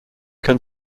can